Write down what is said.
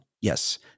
yes